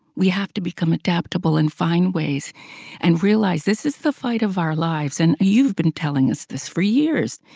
we have to become adaptable and find ways and realize this is the fight of our lives, and you've been telling us this for years.